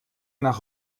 nach